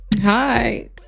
hi